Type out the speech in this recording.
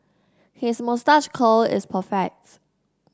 his moustache curl is perfects